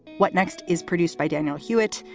what next is produced by daniel hewitt,